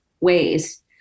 ways